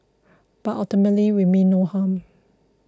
but ultimately we mean no harm